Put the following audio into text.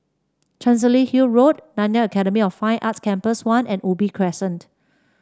Chancery Hill Road Nanyang Academy of Fine Arts Campus One and Ubi Crescent